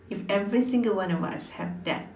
if every single one of us have that